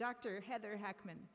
dr heather hackman